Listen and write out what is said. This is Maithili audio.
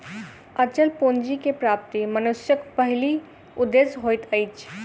अचल पूंजी के प्राप्ति मनुष्यक पहिल उदेश्य होइत अछि